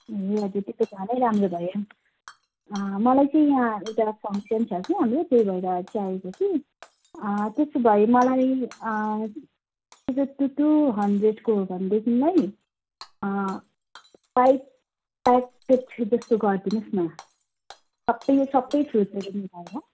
ए हजुर त्यो त साह्रै राम्रो भयो मलाई चाहिँ यहाँ यता फङ्सन छ के हाम्रो त्यही भएर चाहिएको कि त्यसो भए मलाई त्यही त टु टु हन्ड्रेडको हो भनेदेखिलाई फाइभ प्याकेट जस्तो गरिदिनुहोस् न तपाईँले सबै फ्रुट्सहरू मिलाएर